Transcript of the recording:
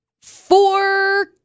four